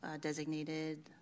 designated